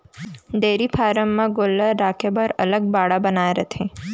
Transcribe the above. dairy farm म गोल्लर राखे बर अलगे बाड़ा बनाए रथें